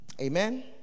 Amen